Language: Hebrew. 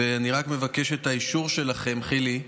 ואני רק מבקש את האישור שלכם, חילי,